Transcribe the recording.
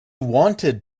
wanted